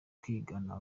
kwigana